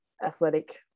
Athletic